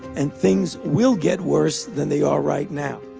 and things will get worse than they are right now.